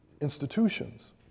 institutions